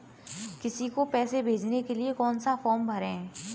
किसी को पैसे भेजने के लिए कौन सा फॉर्म भरें?